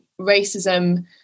racism